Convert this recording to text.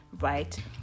right